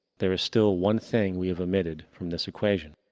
there is still one thing we have omitted from this equation.